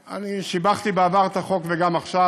שיבחתי בעבר את החוק וגם עכשיו,